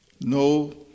No